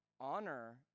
honor